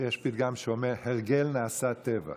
יש פתגם שאומר: הרגל נעשה טבע.